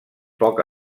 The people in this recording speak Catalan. poc